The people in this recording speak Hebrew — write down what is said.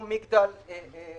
"מגדל", למשל,